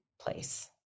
place